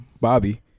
bobby